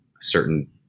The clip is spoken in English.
certain